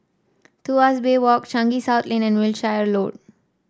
Tuas Bay Walk Changi South Lane and Wiltshire Road